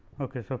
ok. so,